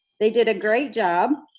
they did a great job.